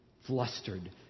flustered